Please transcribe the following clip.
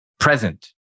Present